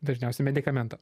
dažniausiai medikamento